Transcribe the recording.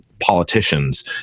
politicians